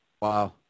Wow